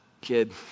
kid